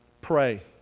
Pray